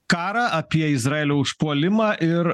karą apie izraelio užpuolimą ir